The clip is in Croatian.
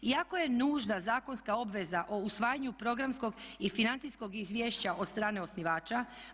I jako je nužna zakonska obveza o usvajanju programskog i financijskog izvješća od strane osnivača.